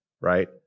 right